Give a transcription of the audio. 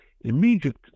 Immediate